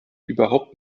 überhaupt